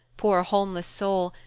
poor, homeless soul,